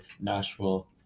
Nashville